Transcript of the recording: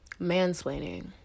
Mansplaining